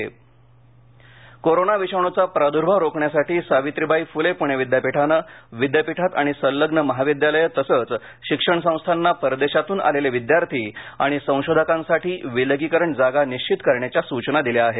विद्यापीठ कोरोना विषाणूचा प्रादुर्भाव रोखण्यासाठी सावित्रीबाई फुले पुणे विद्यापीठाने विद्यापीठात आणि संलग्न महाविद्यालये तसंच शिक्षण संस्थांना परदेशातून आलेले विद्यार्थी आणि संशोधकांसाठी विलगीकरण जागा निश्चित करण्याच्या सूचना दिल्या आहेत